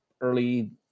early